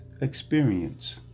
experience